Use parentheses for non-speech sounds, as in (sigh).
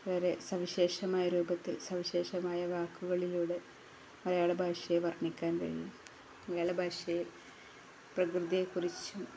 ഏറെ സവിശേഷമായ (unintelligible) സവിശേഷമായ വാക്കുകളിലൂടെ മലയാളഭാഷയെ വർണ്ണിക്കാൻ കഴിയും മലയാളഭാഷയില് പ്രകൃതിയെക്കുറിച്ചും